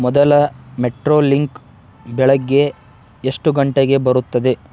ಮೊದಲ metro link ಬೆಳಗ್ಗೆ ಎಷ್ಟು ಗಂಟೆಗೆ ಬರುತ್ತದೆ